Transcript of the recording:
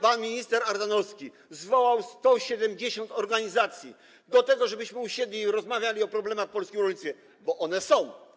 Pan minister Ardanowski zwołał 170 organizacji, żebyśmy usiedli i rozmawiali o problemach w polskim rolnictwie, bo one są.